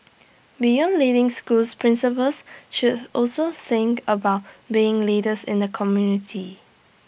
beyond leading schools principals should also think about being leaders in the community